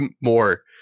more